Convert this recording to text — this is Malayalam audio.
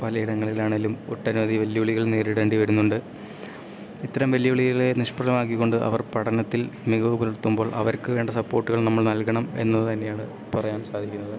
പലയിടങ്ങളിലാണെങ്കിലും ഒട്ടനവധി വെല്ലുവിളികൾ നേരിടേണ്ടി വരുന്നുണ്ട് ഇത്തരം വെല്ലുവിളികളെ നിഷ്പ്രഭമാക്കി കൊണ്ട് അവർ പഠനത്തിൽ മികവ് പുലർത്തുമ്പോൾ അവർക്ക് വേണ്ട സപ്പോർട്ടുകൾ നമ്മൾ നൽകണം എന്നത് തന്നെയാണ് പറയാൻ സാധിക്കുന്നത്